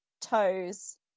toes